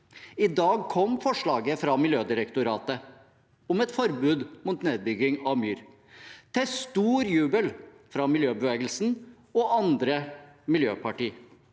I dag kom forslaget fra Miljødirektoratet om et forbud mot nedbygging av myr – til stor jubel fra miljøbevegelsen og andre miljøparti.